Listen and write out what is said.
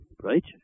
right